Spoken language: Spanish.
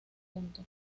punto